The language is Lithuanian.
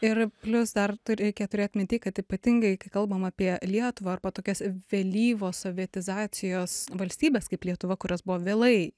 ir plius dar tu reikia turėt minty kad ypatingai kai kalbam apie lietuvą arba tokias vėlyvo sovietizacijos valstybės kaip lietuva kurios buvo vėlai